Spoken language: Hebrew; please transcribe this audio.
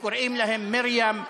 וקוראים להם מרים,